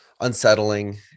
unsettling